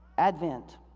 Advent